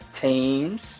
teams